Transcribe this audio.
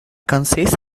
consiste